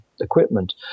equipment